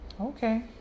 Okay